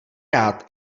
rád